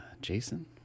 Jason